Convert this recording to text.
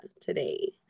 today